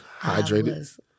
hydrated